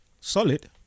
solid